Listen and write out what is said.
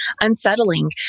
unsettling